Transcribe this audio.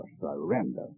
surrender